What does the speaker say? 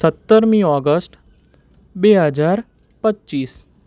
સત્તરમી ઓગષ્ટ બે હજાર પચ્ચીસ